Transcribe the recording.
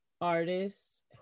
artists